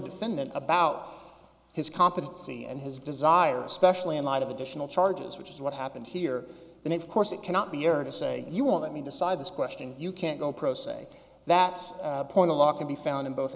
defendant about his competency and his desire especially in light of additional charges which is what happened here and if course it cannot be error to say you want me decide this question you can't go pro se that point a law can be found in both